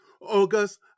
August